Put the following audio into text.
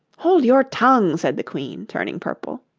hold your tongue said the queen, turning purple.